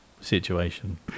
situation